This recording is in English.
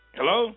Hello